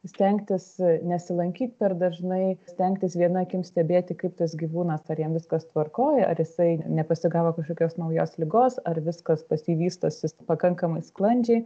stengtis nesilankyt per dažnai stengtis viena akim stebėti kaip tas gyvūnas ar jam viskas tvarkoj ar jisai nepasigavo kažkokios naujos ligos ar viskas pas jį vystosi pakankamai sklandžiai